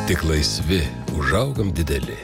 tik laisvi užaugam dideli